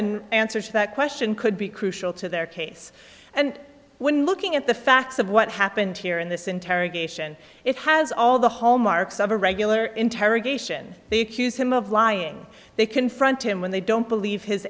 in answer to that question could be crucial to their case and when looking at the facts of what happened here in this interrogation it has all the hallmarks of a regular interrogation they accuse him of lying they confront him when they don't believe his